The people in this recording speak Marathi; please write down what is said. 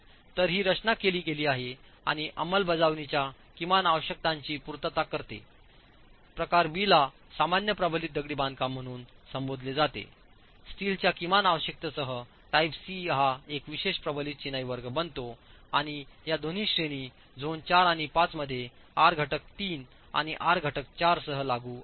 तर ही रचना केली गेली आहे आणि अंमलबजावणीच्या किमान आवश्यकतांची पूर्तता करते प्रकार बी ला सामान्य प्रबलित दगडी बांधकाम म्हणून संबोधले जातेस्टीलच्या किमान आवश्यकतेसह टाइप सी हा एक विशेष प्रबलित चिनाई वर्ग बनतो आणि या दोन्ही श्रेणी झोन 4 आणि 5 मध्ये आर घटक 3 आणि आर घटक 4 सह लागू आहेत